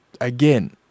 again